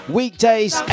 weekdays